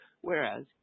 whereas